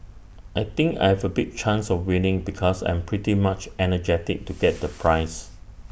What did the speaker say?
I think I have A big chance of winning because I'm pretty much energetic to get the prize